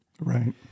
Right